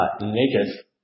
naked